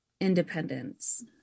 independence